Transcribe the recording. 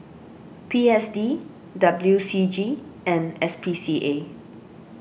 P S D W C G and S P C A